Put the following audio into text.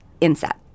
inset